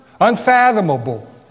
unfathomable